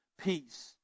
peace